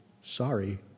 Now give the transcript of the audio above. Sorry